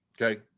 Okay